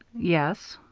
yes.